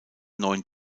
neuen